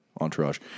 entourage